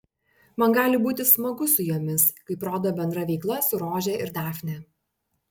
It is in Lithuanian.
man gali būti smagu su jomis kaip rodo bendra veikla su rože ir dafne